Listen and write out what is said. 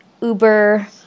uber